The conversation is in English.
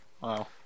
Wow